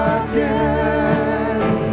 again